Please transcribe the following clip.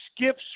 skips